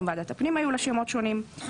גם לוועדת הפנים היו שמות שונים.